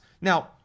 Now